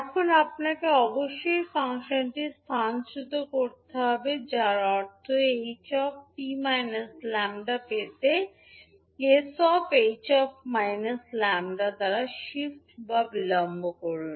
এখন আপনাকে অবশ্যই ফাংশনটি স্থানচ্যুত করতে হবে যার অর্থ ℎ 𝑡 𝜆 পেতে sh −𝜆 দ্বারা শিফট বা বিলম্ব করুন